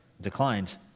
declined